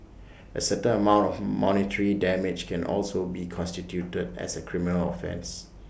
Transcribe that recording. A certain amount of monetary damage can also be constituted as A criminal offence